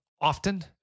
often